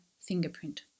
fingerprint